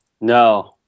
No